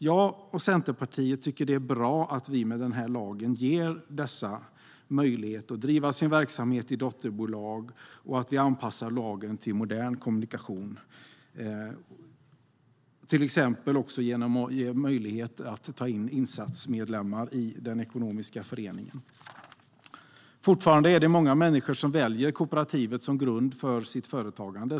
Jag och Centerpartiet tycker att det är bra att vi med den här lagen ger dessa föreningar möjlighet att driva sin verksamhet i dotterbolag och att vi anpassar lagen till modern kommunikation, till exempel också genom att ge möjlighet att ta in insatsmedlemmar i den ekonomiska föreningen. Fortfarande väljer många människor kooperativet som grund för sitt företagande.